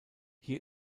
hier